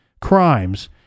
crimes